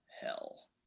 hell